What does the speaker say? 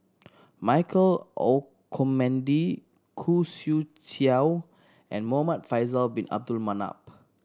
Michael Olcomendy Khoo Swee Chiow and Muhamad Faisal Bin Abdul Manap